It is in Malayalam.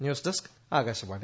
news desk Akashvani